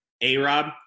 A-Rob